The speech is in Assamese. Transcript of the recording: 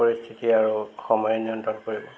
পৰিস্থিতি আৰু সময়ে নিয়ন্ত্ৰণ কৰিব